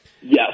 Yes